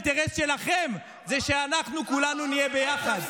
האינטרס שלכם הוא שאנחנו כולנו נהיה ביחד,